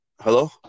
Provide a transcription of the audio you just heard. hello